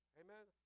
amen